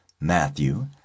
Matthew